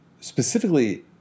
specifically